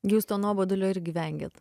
jūs to nuobodulio irgi vengiat